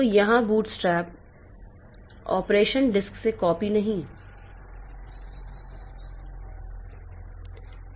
तो यहाँ bootstrap operation disk से कॉपी नहीं लेकिन नेटवर्क पर कॉपी कर रहा है